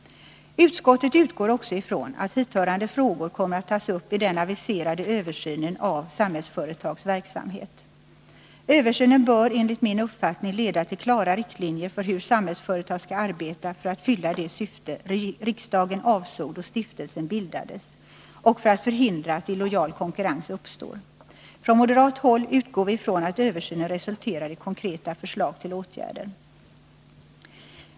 Utskottet utgår också från att hithörande frågor kommer att tas upp i den aviserade översynen av Samhällsföretags verksamhet. Översynen bör enligt min uppfattning leda till klara riktlinjer för hur Samhällsföretag skall arbeta för att fylla det syfte riksdagen avsåg då stiftelsen bildades och för att förhindra att illojal konkurrens uppstår. Från moderat håll utgår vi ifrån att översynen resulterar i konkreta förslag till åtgärder.